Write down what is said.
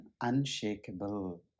unshakable